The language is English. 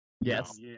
Yes